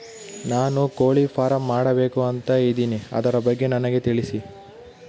ನಾನು ಕೋಳಿ ಫಾರಂ ಮಾಡಬೇಕು ಅಂತ ಇದಿನಿ ಅದರ ಬಗ್ಗೆ ನನಗೆ ತಿಳಿಸಿ?